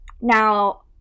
Now